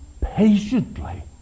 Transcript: patiently